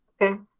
okay